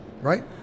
right